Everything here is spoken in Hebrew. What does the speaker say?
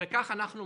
כך אנחנו ממשיכים,